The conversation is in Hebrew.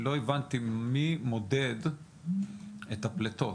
אני לא הבנתי מי מודד את הפליטות?